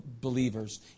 believers